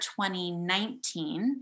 2019